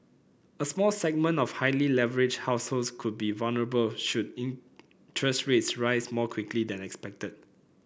a small segment of highly leveraged households could be vulnerable should interest rates rise more quickly than expected